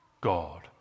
God